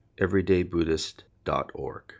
EverydayBuddhist.org